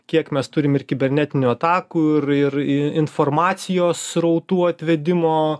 kiek mes turim ir kibernetinių atakų ir ir informacijos srautų atvedimo